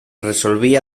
resolví